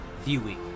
viewing